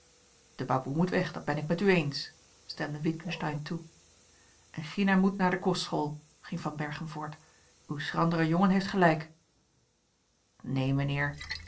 de baboe moet weg dat ben ik met u eens stemde witgensteyn toe en gina moet naar de kostschool ging van berchem voort uw schrandere jongen heeft gelijk neen mijnheer